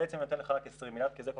בעצם אני נותן לך רק 20 מיליארד כי זה כל